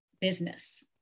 business